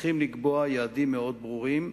צריכים לקבוע יעדים מאוד ברורים,